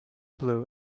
blue